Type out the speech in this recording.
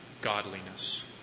godliness